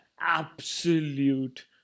absolute